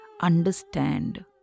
understand